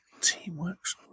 Teamwork's